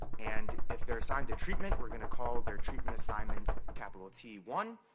and if they're assigned to treatment, we're gonna call their treatment assignment capital t one,